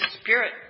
Spirit